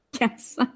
Yes